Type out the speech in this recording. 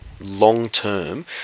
long-term